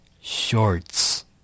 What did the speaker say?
shorts